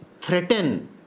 threaten